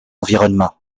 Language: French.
environnement